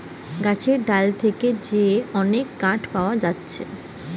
গাছের ডাল নু যে মেলা কাঠ পাওয়া যাতিছে